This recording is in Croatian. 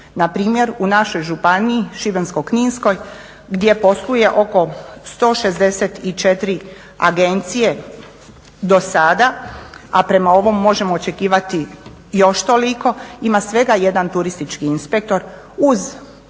Npr. u našoj županiji Šibensko-kninskoj gdje posluje oko 164 agencije do sada a prema ovom možemo očekivati još toliko ima svega jedan turistički inspektor uz brojne